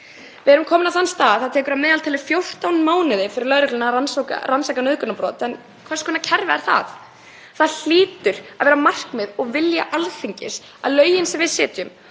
Við erum komin á þann stað að það tekur að meðaltali 14 mánuði fyrir lögregluna að rannsaka nauðgunarbrot. Hvers konar kerfi er það? Það hlýtur að vera markmið og vilji Alþingis að lögin sem við setjum